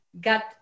got